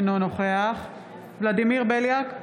אינו נוכח ולדימיר בליאק,